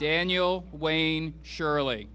daniel wayne shirley